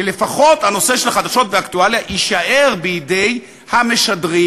שלפחות הנושא של החדשות והאקטואליה יישאר בידי המְשַדרים